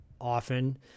often